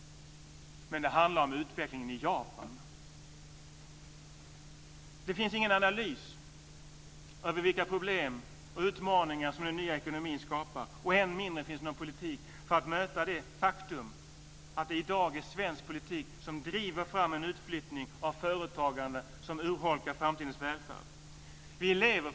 Men det handlar om utvecklingen i Japan. Det finns ingen analys över vilka problem och utmaningar som den nya ekonomin skapar. Än mindre finns det någon politik för att möta det faktum att det i dag är svensk politik som driver fram en utflyttning av företagande som urholkar framtidens välfärd. Fru talman!